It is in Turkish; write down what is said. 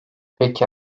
peki